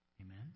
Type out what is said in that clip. Amen